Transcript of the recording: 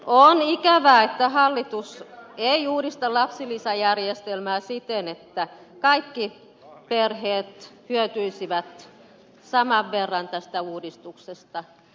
on ikävää että hallitus ei uudista lapsilisäjärjestelmää siten että kaikki perheet hyötyisivät saman verran tästä uudistuksesta